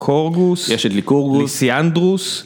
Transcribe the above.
קורגוס, יש את לי קורגוס, ליסי אנדרוס